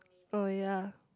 oh ya